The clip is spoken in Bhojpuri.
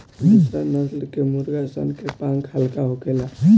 दुसरा नस्ल के मुर्गा सन के पांख हल्का होखेला